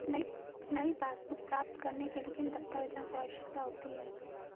नई पासबुक प्राप्त करने के लिए किन दस्तावेज़ों की आवश्यकता होती है?